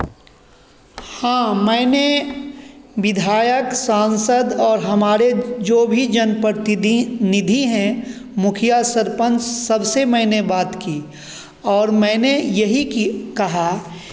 हाँ मैंने विधायक सांसद और हमारे जो भी जनप्रनिधि हैं मुखिया सरपंच सबसे मैंने बात की और मैंने यही कि कहा